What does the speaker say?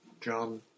John